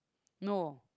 no